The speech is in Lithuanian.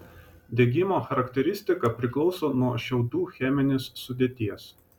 degimo charakteristika priklauso nuo šiaudų cheminės sudėties